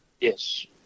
Yes